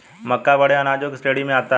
मक्का बड़े अनाजों की श्रेणी में आता है